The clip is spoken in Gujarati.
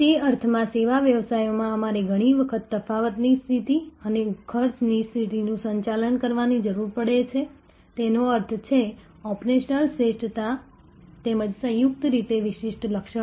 તે અર્થમાં સેવા વ્યવસાયોમાં અમારે ઘણીવાર તફાવતની સ્થિતિ અને ખર્ચની સ્થિતિનું સંચાલન કરવાની જરૂર પડે છે તેનો અર્થ છે ઓપરેશનલ શ્રેષ્ઠતા તેમજ સંયુક્ત રીતે વિશિષ્ટ લક્ષણો